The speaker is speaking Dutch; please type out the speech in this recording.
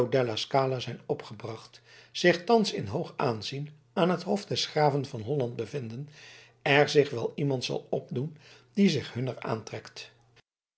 scala zijn opgebracht zich thans in hoog aanzien aan het hof des graven van holland bevinden er zich wel iemand zal opdoen die zich hunner aantrekt